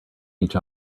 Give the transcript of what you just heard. each